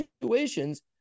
situations